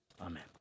Amen